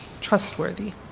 trustworthy